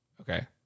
Okay